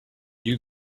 you